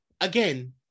again